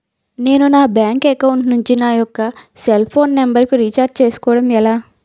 నేను నా bank account నుంచి నా యెక్క సెల్ ఫోన్ నంబర్ కు రీఛార్జ్ చేసుకోవడం ఎలా?